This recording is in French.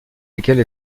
laquelle